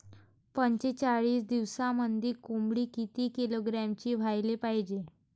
पंचेचाळीस दिवसामंदी कोंबडी किती किलोग्रॅमची व्हायले पाहीजे?